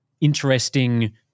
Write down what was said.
interesting